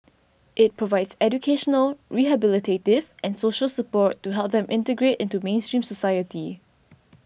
it provides educational rehabilitative and social support to help them integrate into mainstream society